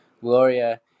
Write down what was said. Gloria